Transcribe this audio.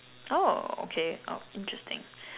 oh okay oh interesting